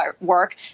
work